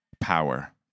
power